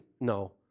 No